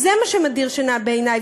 אז זה מה שמדיר שינה מעיני,